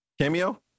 Cameo